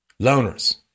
loners